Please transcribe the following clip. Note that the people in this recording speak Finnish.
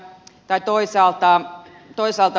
tai toisaalta